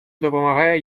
допомагає